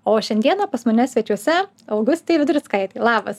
o šiandieną pas mane svečiuose augustė vedrickaitė labas